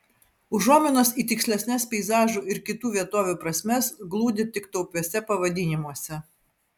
užuominos į tikslesnes peizažų ir kitų vietovių prasmes glūdi tik taupiuose pavadinimuose